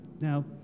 Now